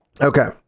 Okay